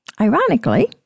ironically—